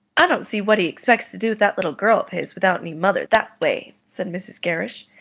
i don't see what he expects to do with that little girl of his, without any mother, that way, said mrs. gerrish.